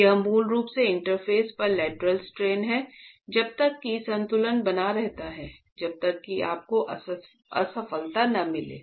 यह मूल रूप से इंटरफ़ेस पर लैटरल स्ट्रेन है जब तक की संतुलन बना रहता है जब तक कि आपको असफलता न मिले